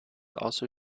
also